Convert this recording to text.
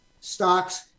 stocks